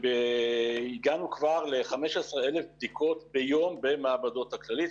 הגענו כבר ל-15,000 בדיקות ביום במעבדות הכללית,